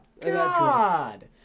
God